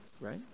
right